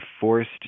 forced